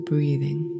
Breathing